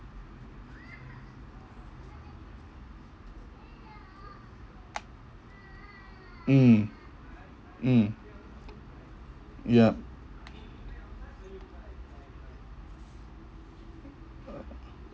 mm mm ya